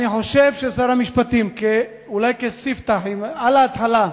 אני חושב ששר המשפטים, אולי כספתח, על ההתחלה,